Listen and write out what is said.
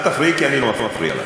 אל תפריעי, כי אני לא מפריע לך.